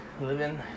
Living